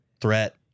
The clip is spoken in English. threat